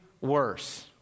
worse